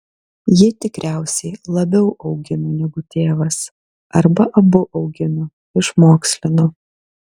ji tikriausiai labiau augino negu tėvas arba abu augino išmokslino